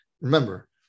remember